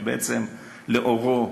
שבעצם לאורו